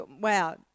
wow